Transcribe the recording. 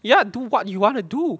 ya do what you want to do